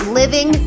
living